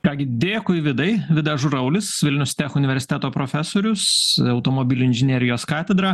ką gi dėkui vidai vidas žuraulis vilnius universiteto profesorius automobilių inžinerijos katedra